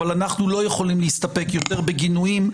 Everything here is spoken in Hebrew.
אבל אנחנו לא יכולים להסתפק יותר בגינויים.